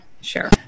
sure